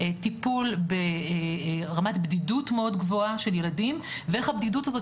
טיפול ברמת בדידות מאוד גבוהה של ילדים ואיך הבדידות הזאת